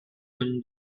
him